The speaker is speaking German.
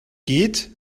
geht